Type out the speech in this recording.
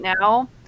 now